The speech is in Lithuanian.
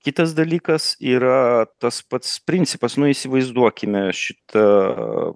kitas dalykas yra tas pats principas nu įsivaizduokime šitą